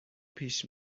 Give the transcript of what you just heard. پیش